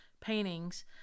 paintings